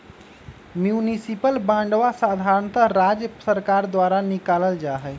municipal बांडवा साधारणतः राज्य सर्कार द्वारा निकाल्ल जाहई